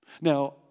Now